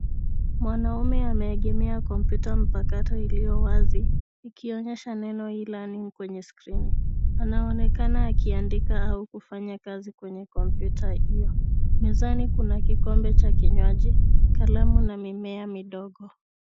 Mwanaume ameegemea kompyuta mpakato iliyo wazi, ikionyesha neno e-learning kwenye skrini. Anaonekana akiandika au kufanya kazi kwenye kompyuta hiyo. Mezani kuna kikombe cha kinywaji, kalamu, na mimea midogo.